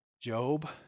Job